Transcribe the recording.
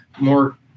more